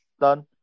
done